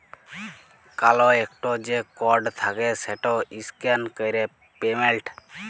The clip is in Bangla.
কাল ইকট যে কড থ্যাকে সেট ইসক্যান ক্যরে পেমেল্ট